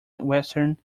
western